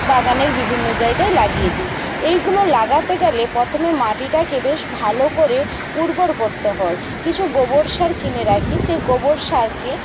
বাগানের বিভিন্ন জায়গায় লাগিয়ে দিই এইগুলো লাগাতে গেলে প্রথমে মাটিটাকে বেশ ভালো করে উর্বর করতে হয় কিছু গোবর সার কিনে রাখি সেই গোবর সারকে